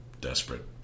desperate